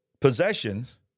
possessions